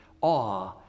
awe